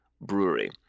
Brewery